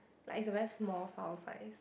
like is a very small file size